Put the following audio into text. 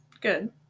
Good